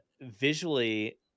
visually